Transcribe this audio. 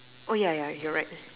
oh yeah yeah you're right